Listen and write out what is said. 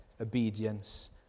obedience